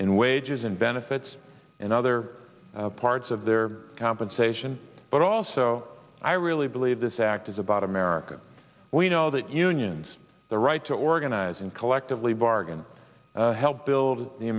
in wages and benefits and other parts of their compensation but also i really believe this act is about america we know that unions the right to organize and collectively bargain helped build the